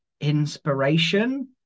inspiration